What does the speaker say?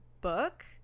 book